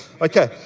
Okay